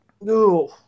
no